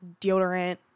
deodorant